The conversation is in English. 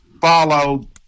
follow